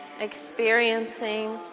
experiencing